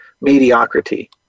mediocrity